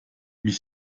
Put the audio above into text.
mich